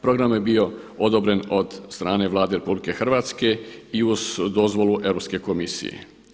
Program je bio odobren od strane Vlade RH i uz dozvolu Europske komisije.